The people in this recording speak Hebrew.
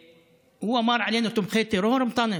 הוא אמר עלינו תומכי טרור, אנטאנס?